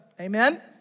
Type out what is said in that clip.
Amen